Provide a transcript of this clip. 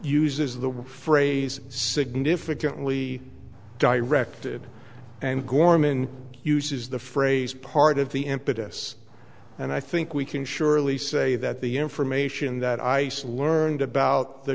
uses the phrase significantly directed and gorman uses the phrase part of the impetus and i think we can surely say that the information that ice learned about the